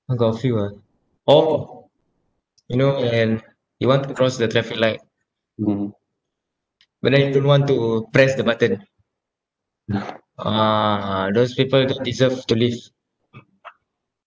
I got a few ah orh you know when you want to cross the traffic light but then don't want to press the button ah those people don't deserve to live